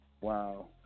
Wow